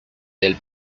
del